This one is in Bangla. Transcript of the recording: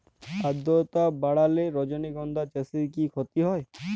আদ্রর্তা বাড়লে রজনীগন্ধা চাষে কি ক্ষতি হয়?